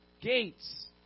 gates